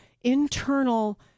internal